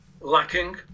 lacking